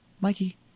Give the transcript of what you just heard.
Mikey